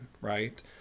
Right